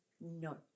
no